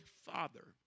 father